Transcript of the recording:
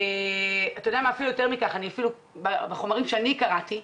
יותר מזה, בחומרים שקראתי,